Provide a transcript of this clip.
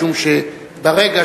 משום שברגע